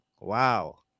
Wow